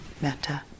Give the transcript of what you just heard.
metta